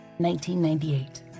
1998